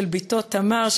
של בתו תמר,